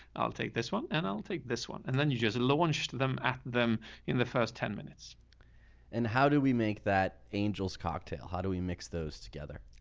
i'll take this one and i'll take this one, and then you just launch them at them in the first ten minutes and how do we make that angel's cocktail? how do we mix those together?